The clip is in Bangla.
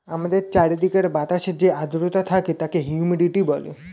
আমাদের চারিদিকের বাতাসে যে আর্দ্রতা থাকে তাকে হিউমিডিটি বলে